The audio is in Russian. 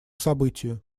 событию